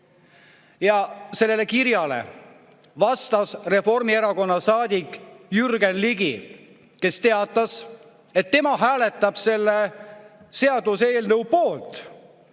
kirjale vastas Reformierakonna saadik Jürgen Ligi, kes teatas, et tema hääletab selle seaduseelnõu poolt,